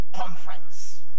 conference